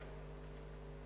עורכת.